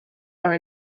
are